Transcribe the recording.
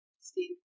Steve